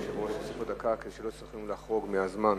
לחרוג מהזמן.